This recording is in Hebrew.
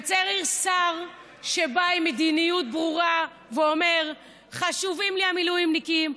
וצריך שר שבא עם מדיניות ברורה ואומר: חשובים לי המילואימניקים,